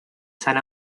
san